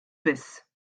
biss